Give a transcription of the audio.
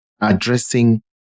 addressing